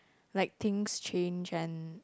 like things change and